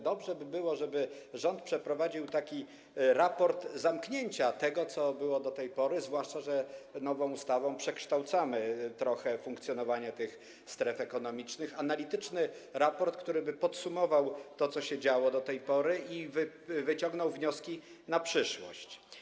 Dobrze by było, żeby rząd przeprowadził taki raport zamknięcia tego, co było do tej pory, zwłaszcza że nową ustawą trochę przekształcamy funkcjonowanie tych stref ekonomicznych, taki analityczny raport, który podsumowałby to, co się działo do tej pory, i z którego wyciągnięto by wnioski na przyszłość.